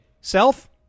Self